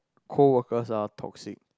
coworkers are toxic